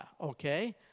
Okay